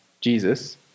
jesus